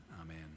Amen